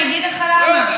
אני אגיד לך למה.